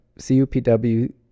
C-U-P-W